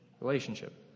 relationship